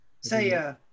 Say